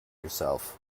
yourself